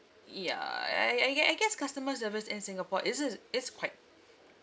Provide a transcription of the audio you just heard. yeah I I I guess customer service in singapore is is is quite